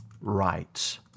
rights